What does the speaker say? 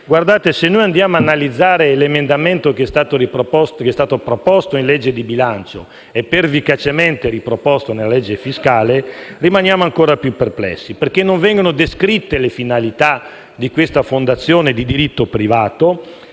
se andiamo ad analizzare l'emendamento che è stato proposto per il disegno di legge di bilancio e pervicacemente riproposto per il disegno di legge fiscale, rimaniamo ancora più perplessi perché non vengono descritte le finalità di questa fondazione di diritto privato.